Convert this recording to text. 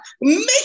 make